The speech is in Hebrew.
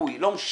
הסיכוי לא משנה,